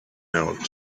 out